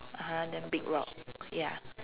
uh-huh then big rock ya